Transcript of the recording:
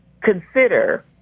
consider